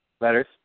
Letters